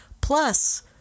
Plus